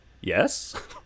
yes